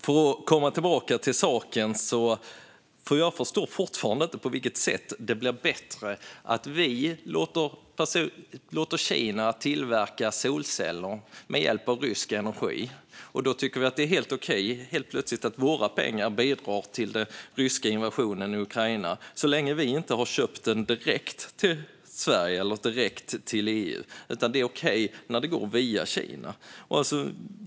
För att gå tillbaka till ämnet: Jag förstår fortfarande inte på vilket sätt det blir bättre om vi låter Kina tillverka solceller med hjälp av rysk energi. Helt plötsligt tycker vi alltså att det är okej att våra pengar bidrar till den ryska invasionen av Ukraina - så länge vi inte har köpt något direkt till Sverige eller EU. Det är okej när det går via Kina.